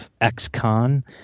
X-Con